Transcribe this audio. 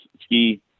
ski